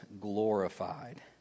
glorified